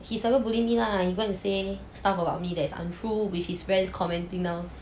he started bullying me lah he go and say stuff about me that's untrue which his friends comment till now